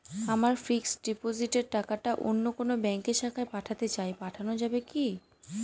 আমার ফিক্সট ডিপোজিটের টাকাটা অন্য কোন ব্যঙ্কের শাখায় পাঠাতে চাই পাঠানো যাবে কি?